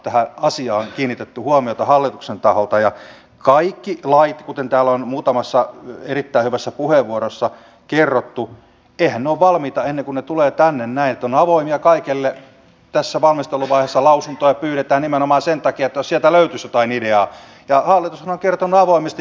olen kotiseudullani lapissa käynyt tutustumassa kemijärvellä ja rovaniemellä turvapaikanhakijoitten tilanteeseen ja kokonaisuuteen siellä ja olen ottanut sitten vahvasti kantaa näitten asioitten järjestelyyn ja hoitamiseen ja nyt haluan ottaa esille kaksi asiaa nimittäin kielenopiskelun ja sitten työharjoittelun